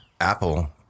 Apple